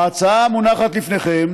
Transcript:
ההצעה המונחת לפניכם